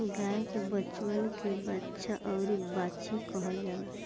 गाय के बचवन के बाछा अउरी बाछी कहल जाला